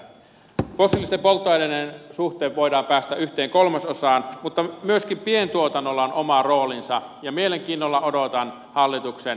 fossiilisten polttoaineiden suhteen voidaan päästä yhteen kolmasosaan mutta myöskin pientuotannolla on oma roolinsa ja mielenkiinnolla odotan hallituksen nettomittarointiselvityksen valmistumista